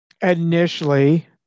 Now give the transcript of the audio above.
initially